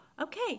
Okay